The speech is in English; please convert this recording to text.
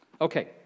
Okay